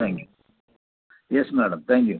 thank you yes madam thank you